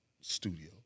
studio